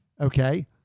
okay